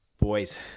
boys